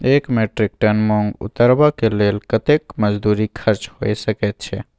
एक metric tonne मूंग उतरबा के लेल कतेक मजदूरी खर्च होय सकेत छै?